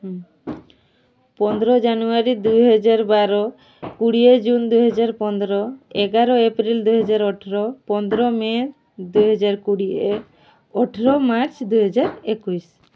ପନ୍ଦର ଜାନୁଆରୀ ଦୁଇହଜାର ବାର କୋଡ଼ିଏ ଜୁନ୍ ଦୁଇହଜାର ପନ୍ଦର ଏଗାର ଏପ୍ରିଲ୍ ଦୁଇ ହଜାର ଅଠର ପନ୍ଦର ମେ ଦୁଇ ହଜାର କୋଡ଼ିଏ ଅଠର ମାର୍ଚ୍ଚ ଦୁଇହଜାର ଏକୋଇଶି